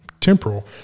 temporal